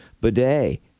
bidet